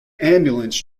ambulance